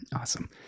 Awesome